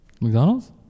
McDonald's